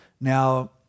Now